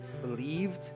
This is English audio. believed